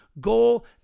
goal